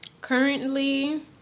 currently